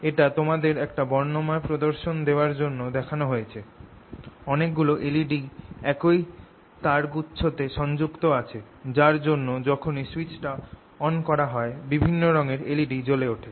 এটা তোমাদের একটা বর্ণময় প্রদর্শন দেওয়ার জন্য দেখানো হয়েছে - অনেক গুলো এলইডি একই তারগুচ্ছতে সংযুক্ত আছে যার জন্য যখনই সুইচ টা অন করা হয় বিভিন্ন রঙের এলইডি জলে ওঠে